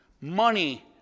money